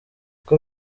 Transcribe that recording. uko